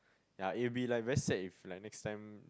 ya it will be like very sad if like next time